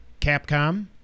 Capcom